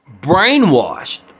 brainwashed